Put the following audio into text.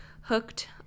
hooked